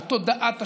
בתודעת השירות.